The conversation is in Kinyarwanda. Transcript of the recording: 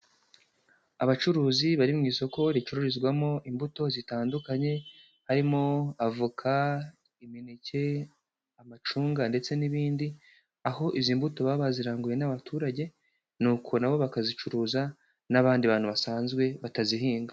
Abacuruzi bari mu isoko ricururizwamo imbuto zitandukanye, harimo avoka, imineke, amacunga ndetse n'ibindi, aho izi mbuto baba baziranguye n'abaturage nuko na bo bakazicuruza n'abandi bantu basanzwe batazihinga.